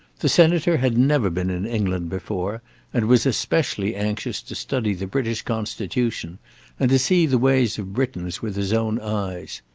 the senator had never been in england before and was especially anxious to study the british constitution and to see the ways of britons with his own eyes.